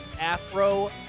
Afro